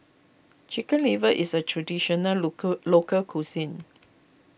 Chicken Liver is a traditional local local cuisine